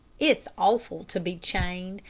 it's awful to be chained,